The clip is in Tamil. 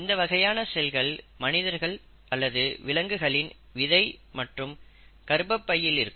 இந்த வகையான செல்கள் மனிதர்கள் அல்லது விலங்குகளின் விதை மற்றும் கர்ப்பப்பையில் இருக்கும்